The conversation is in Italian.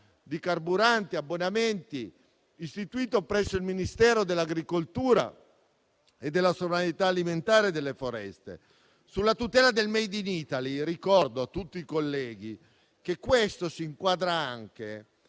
di carburante e di abbonamenti istituito presso il Ministero dell'agricoltura, della sovranità alimentare e delle foreste. Sulla tutela del *made in Italy*, ricordo a tutti i colleghi che questo disegno di legge